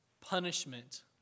punishment